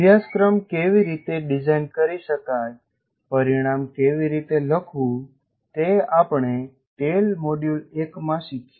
અભ્યાસક્રમ કેવી રીતે ડિઝાઇન કરી શકાય પરિણામ કેવી રીતે લખવું તે આપણે ટેલ મોડ્યુલ 1 માં શીખ્યા